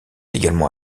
également